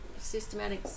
systematics